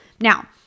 Now